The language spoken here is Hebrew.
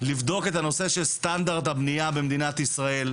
לבדוק את הנושא של סטנדרט הבנייה במדינת ישראל.